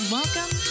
Welcome